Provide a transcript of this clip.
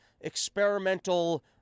experimental